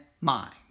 mind